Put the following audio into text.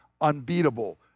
unbeatable